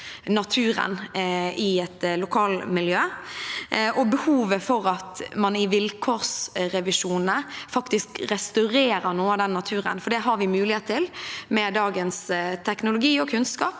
naturen i et lokalmiljø, og behovet for at man i vilkårsrevisjonene faktisk restaurerer noe av den naturen. Det har vi mulighet til med dagens teknologi og kunnskap.